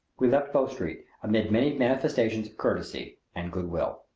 we left bow street amid many manifestations of courtesy and good will.